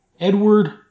Edward